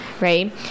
right